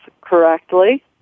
correctly